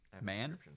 Man